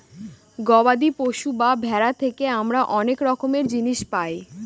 গবাদি পশু বা ভেড়া থেকে আমরা অনেক রকমের জিনিস পায়